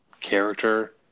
character